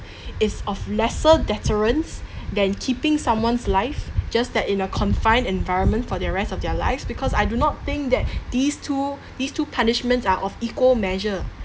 is of lesser deterrence than keeping someone's life just that in a confined environment for their rest of their lives because I do not think that these two these two punishments are of equal measure